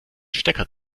stecker